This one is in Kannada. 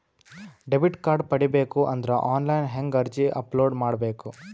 ಡೆಬಿಟ್ ಕಾರ್ಡ್ ಪಡಿಬೇಕು ಅಂದ್ರ ಆನ್ಲೈನ್ ಹೆಂಗ್ ಅರ್ಜಿ ಅಪಲೊಡ ಮಾಡಬೇಕು?